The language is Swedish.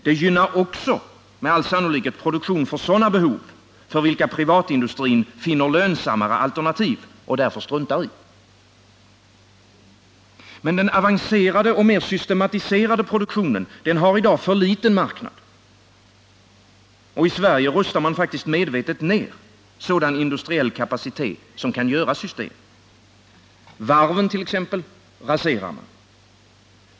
Det gynnar också med all sannolikhet produktion för sådana behov, för vilka privatindustrin finner lönsammare alternativ och som man därför struntar & Men den avancerade och mer systematiserade produktionen har i dag för liten marknad. Och i Sverige rustar man faktiskt medvetet ned sådan industriell kapacitet som kan göra system. Varven t.ex. raserar man.